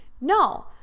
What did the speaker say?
No